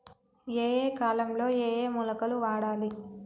ఏయే కాలంలో ఏయే మొలకలు వాడాలి?